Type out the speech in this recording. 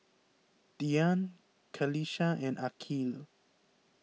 Dian Qalisha and Aqil